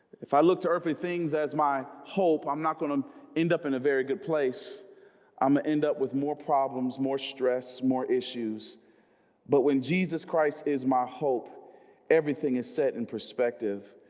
if i look to earthly things as my hope, i'm not going to end up in a very good place i'm gonna end up with more problems more stress more issues but when jesus christ is my hope everything is set in perspective.